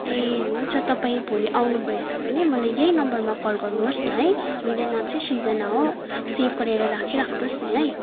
ए हुन्छ तपाईँ भोलि आउनु भएछ भने मलाई यही नम्बरमा कल गर्नुहोस् न है मेरो नाम चाहिँ सृजना हो सेभ गरेर राखिराख्नुहोस् नि है